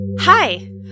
Hi